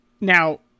Now